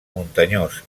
muntanyós